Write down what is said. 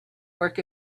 work